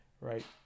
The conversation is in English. right